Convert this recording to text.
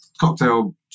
cocktail